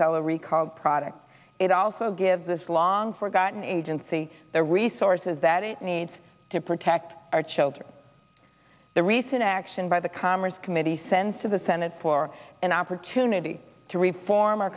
sell a recalled product it also gives this long forgotten agency the resources that it needs to protect our children the recent actions by the commerce committee sent to the senate for an opportunity to reform our